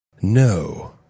No